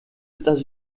états